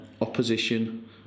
opposition